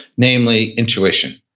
namely intuition.